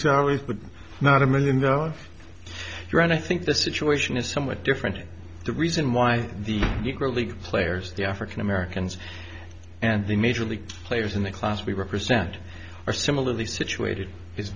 salaries but not a million dollars run i think the situation is somewhat different and the reason why the league players the african americans and the major league players in the class we represent are similarly situated i